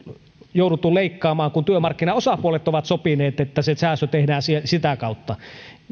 jouduttu leikkaamaan kun työmarkkinaosapuolet ovat sopineet että se säästö tehdään sitä kautta